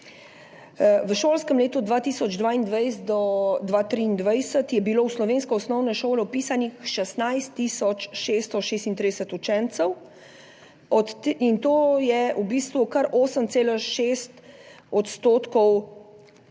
V šolskem letu 2022/2023 je bilo v slovensko osnovno šolo vpisanih 16 tisoč 636 učencev, in to je v bistvu kar 8,6 %